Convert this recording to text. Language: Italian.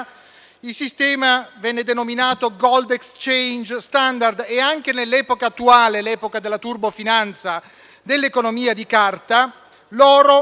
il sistema viene denominato *gold exchange standard* e anche nell'epoca attuale, l'epoca della turbofinanza, dell'economia di carta, l'oro